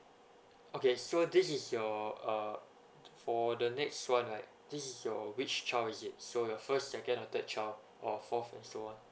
okay so this is your uh t~ for the next one right this is your which child is it is for your first second or third child or forth and so on